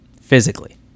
physically